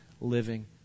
living